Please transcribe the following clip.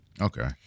Okay